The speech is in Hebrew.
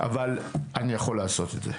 אבל אני יכול לעשות את זה.